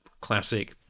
classic